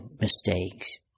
mistakes